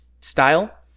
style